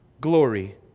glory